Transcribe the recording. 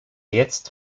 jetzt